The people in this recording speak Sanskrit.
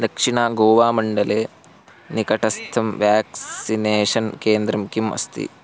दक्षिण गोवामण्डले निकटस्थं व्याक्सिनेषन् केन्द्रं किम् अस्ति